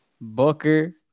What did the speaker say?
booker